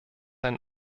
ein